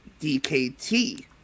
dkt